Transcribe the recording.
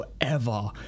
forever